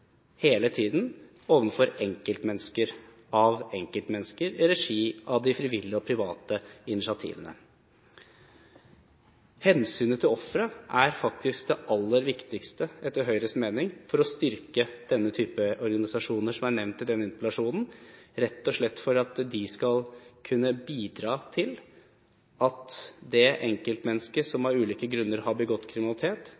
hele tiden overfor enkeltmennesker i regi av de frivillige og private initiativene. Hensynet til offeret er etter Høyres mening faktisk det aller viktigste for å styrke den type organisasjoner som er nevnt i denne interpellasjonen, rett og slett for at de skal kunne bidra til at det enkeltmennesket